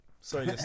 Sorry